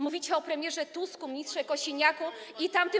Mówicie o premierze Tusku, ministrze Kosiniaku i tamtym.